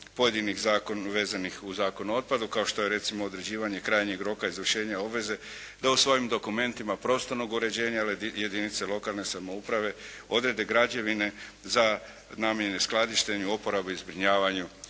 pojedinih zakona vezanih uz Zakon o otpadu kao što je recimo određivanje krajnjeg roka izvršenja obveze da u svojim dokumentima prostornog uređenja jedinice lokalne samouprave odrede građevine namijenjene skladištenju, oporabi, zbrinjavanju